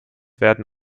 werden